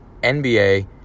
NBA